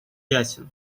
ясен